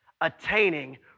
attaining